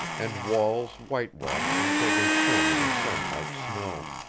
and walls white-washed until they shone in the sun like snow.